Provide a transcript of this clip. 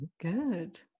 good